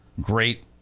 great